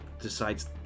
decides